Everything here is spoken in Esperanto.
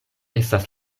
estas